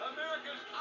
America's